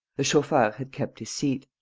the chauffeur had kept his seat.